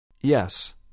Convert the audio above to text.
Yes